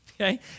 okay